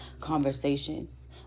conversations